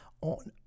on